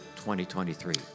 2023